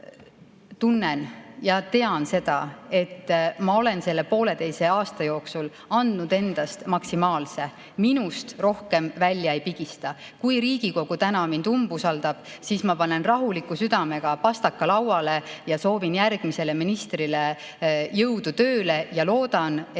Aga mina tunnen ja tean seda, et ma olen selle pooleteise aasta jooksul andnud endast maksimaalse, minust rohkem välja ei pigista. Kui Riigikogu täna mind umbusaldab, siis ma panen rahuliku südamega pastaka lauale ja soovin järgmisele ministrile jõudu tööle ja loodan, et